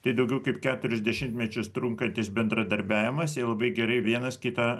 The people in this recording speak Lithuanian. tai daugiau kaip keturis dešimtmečius trunkantis bendradarbiavimas jie labai gerai vienas kitą